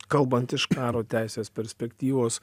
kalbant iš karo teisės perspektyvos